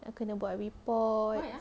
kena buat report